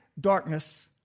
darkness